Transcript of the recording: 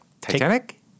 Titanic